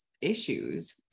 issues